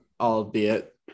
Albeit